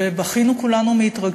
וכולנו בכינו מהתרגשות,